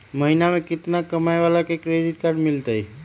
महीना में केतना कमाय वाला के क्रेडिट कार्ड मिलतै?